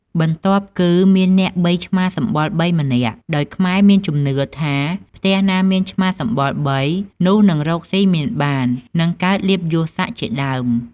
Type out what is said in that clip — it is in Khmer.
បន្ទាប់គឺមានអ្នកបីឆ្មាសម្បុរ៣ម្នាក់ ដោយខ្មែរមានជំនឿថា ផ្ទះណាមានឆ្មាសម្បុរ៣ នោះនឹងរកស៊ីមានបាន និងកើតលាភយសសក្តិជាដើម ។